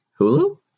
Hulu